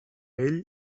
ell